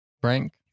Frank